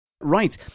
Right